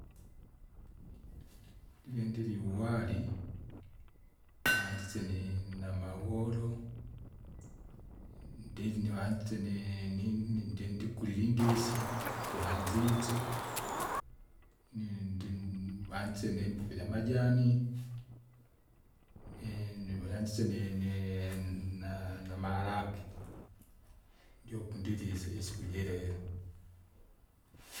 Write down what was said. Ndile ndiri uwari, vanzise ni namawolo, n- ndinyu wansise ni- nin- nindindikule ilindisi, ndihanzitse, nindii wanziise nimboka ijamajani. Ni- niweanzise nini na- namalaki, ndyuku ndilisye isiku jereha.